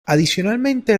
adicionalmente